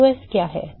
qs क्या है